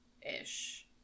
ish